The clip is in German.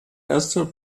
erster